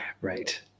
Right